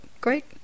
Great